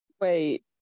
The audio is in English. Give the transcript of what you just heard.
wait